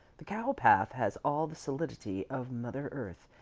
the cowpath has all the solidity of mother earth,